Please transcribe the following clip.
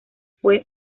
fue